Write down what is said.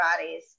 bodies